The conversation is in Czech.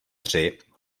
tři